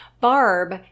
Barb